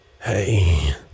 Hey